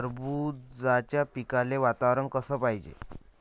टरबूजाच्या पिकाले वातावरन कस पायजे?